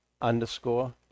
underscore